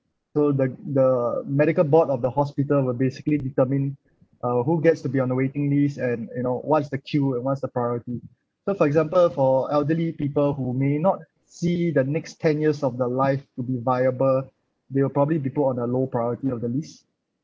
so the the medical board of the hospital will basically determine uh who gets to be on the waiting list and you know what's the queue and what's the priority so for example for elderly people who may not see the next ten years of their life to be viable they will probably be put on a low priority of the list